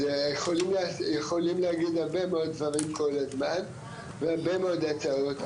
אז יכולים להגיד הרבה דברים כל הזמן והרבה מאוד הצעות,